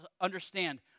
understand